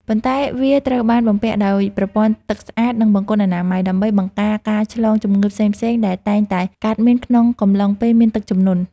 ប៉ុន្តែវាត្រូវបានបំពាក់ដោយប្រព័ន្ធទឹកស្អាត និងបង្គន់អនាម័យ ដើម្បីបង្ការការឆ្លងជំងឺផ្សេងៗដែលតែងតែកើតមានក្នុងកំឡុងពេលមានទឹកជំនន់។